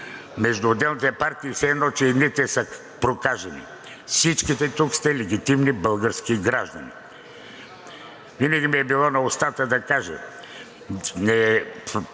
между отделните партии, все едно че едните са прокажени. Всички тук сте легитимни български граждани. Винаги ми е било на устата да кажа: